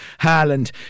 Haaland